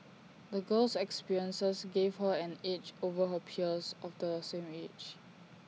the girl's experiences gave her an edge over her peers of the same age